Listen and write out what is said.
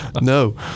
No